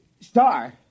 Star